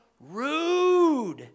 rude